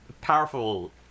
powerful